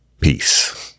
Peace